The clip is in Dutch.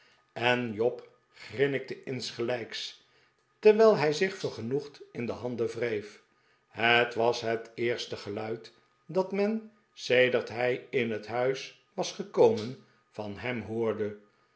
en job grinnikte insgelijks terwijl hij zich vergenoegd in de handen wreef het was het eerste geluid dat men sedert hij in het huis was gekomen van hem hoorde